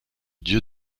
dieu